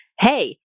hey